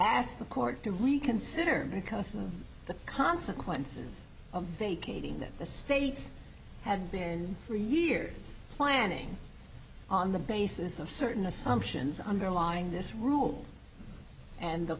asked the court to reconsider because the consequences of vacating that the states have been three years planning on the basis of certain assumptions underlying this rule and the